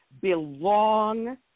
belong